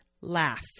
laugh